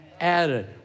added